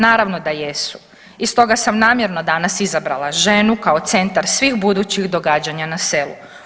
Naravno da jesu i stoga sam namjerno danas izabrala ženu kao centar svih budućih događanja na selu.